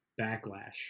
backlash